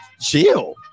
Chill